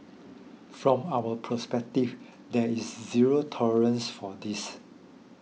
from our perspective there is zero tolerance for this